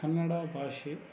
ಕನ್ನಡ ಭಾಷೆ